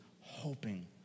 hoping